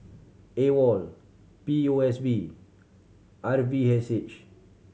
AWOL P O S B R V S H